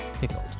pickled